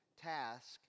task